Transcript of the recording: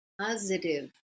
positive